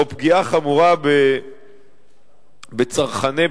או פגיעה חמורה בצרכני פעילותם.